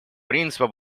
принципа